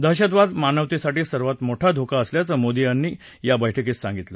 दहशतवाद मानवतेसाठी सर्वात मोठा धोका असल्याचं मोदी यांनी या बैठकीत सांगितलं